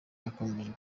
yakomeje